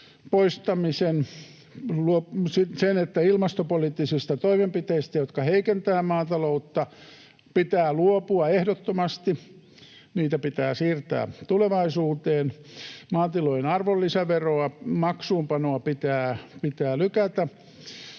poistamisen, sen, että ilmastopoliittisista toimenpiteistä, jotka heikentävät maataloutta, pitää luopua ehdottomasti — niitä pitää siirtää tulevaisuuteen. Maatilojen arvonlisäverojen maksuunpanoa pitää lykätä,